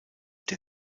der